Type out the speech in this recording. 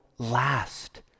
last